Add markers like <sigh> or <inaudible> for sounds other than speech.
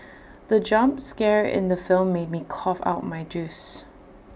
the jump scare in the film made me cough out my juice <noise>